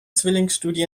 zwillingsstudie